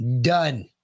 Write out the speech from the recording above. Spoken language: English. Done